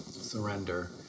Surrender